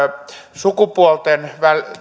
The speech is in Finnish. sukupuolten